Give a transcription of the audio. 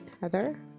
heather